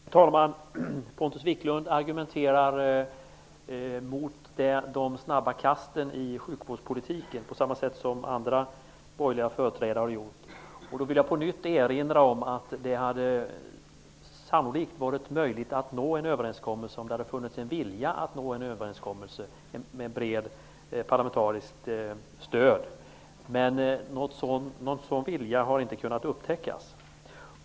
Herr talman! Pontus Wiklund argumenterar mot de snabba kasten i sjukvårdspolitiken på samma sätt som andra borgerliga företrädare har gjort. Då vill jag på nytt erinra om att det hade sannolikt varit möjligt att nå en överenskommelse om det hade funnits en vilja att nå en överenskommelse med ett brett parlamentariskt stöd. Men någon sådan vilja har inte kunnat upptäckas.